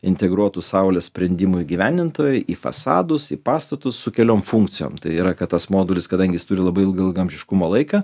integruotų saulės sprendimų įgyvendintojai į fasadus į pastatus su keliom funkcijom tai yra kad tas modulis kadangi jis turi labai ilgą ilgaamžiškumo laiką